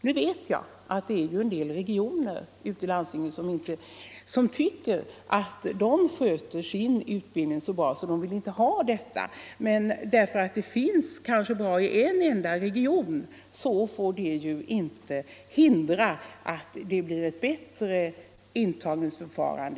Nu vet jag att en del landsting tycker att man sköter sin utbildning så bra att man inte behöver ett sådant system. Men att det hela fungerar tillfredsställande i enstaka regioner får ju inte hindra att det blir ett bättre intagningsförfarande